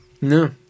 No